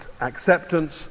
acceptance